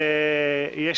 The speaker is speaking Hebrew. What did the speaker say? מקווה שימשיך.